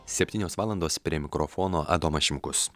septynios valandos prie mikrofono adomas šimkus